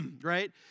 right